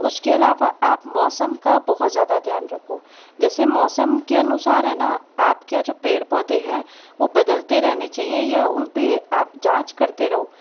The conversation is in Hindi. उसके अलावा आप मौसम का बहुत ज़्यादा ध्यान रखो जैसे मौसम के अनुसार है न आपके जो पेड़ पौधे हैं वो बदलते रहने चाहिए या उन पर आप जाँच करते रहो